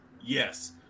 Yes